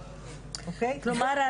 כלומר,